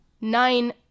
nine